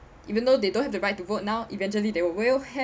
even though they don't have the right to vote now eventually they will have